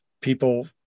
people